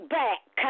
back